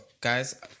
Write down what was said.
guys